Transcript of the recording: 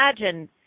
imagine